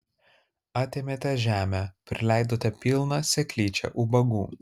atėmėte žemę prileidote pilną seklyčią ubagų